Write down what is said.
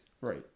Right